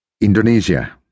Indonesia